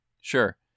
Sure